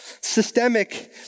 systemic